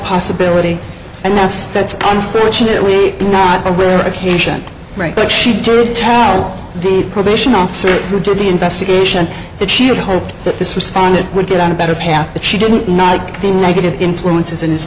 possibility and that's that's unfortunately not a rare occasion right but she did tell the probation officer who did the investigation that she had hoped that this responded would get on a better path but she didn't knock the negative influences in his